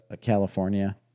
California